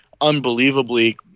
unbelievably